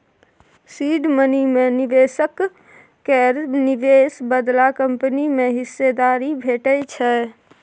seed money मे निबेशक केर निबेश बदला कंपनी मे हिस्सेदारी भेटै छै